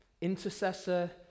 intercessor